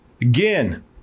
Again